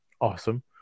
awesome